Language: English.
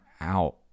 out